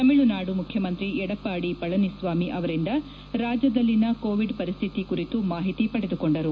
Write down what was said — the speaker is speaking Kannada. ತಮಿಳುನಾಡು ಮುಖ್ಯಮಂತ್ರಿ ಯಡಪ್ಪಾದಿ ಪಳನಿಸ್ವಾಮಿ ಅವರಿಂದ ರಾಜ್ಯದಲ್ಲಿನ ಕೋವಿಡ್ ಪರಿಸ್ಥಿತಿ ಕುರಿತು ಮಾಹಿತಿ ಪಡೆದುಕೊಂಡರು